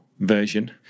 version